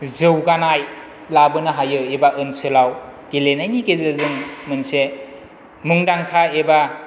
जौगानाय लाबोनो हायो एबा ओनसोलाव गेलेनायनि गेजेरजों मोनसे मुंदांखा एबा